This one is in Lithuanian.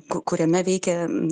kuriame veikia